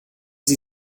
sie